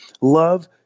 love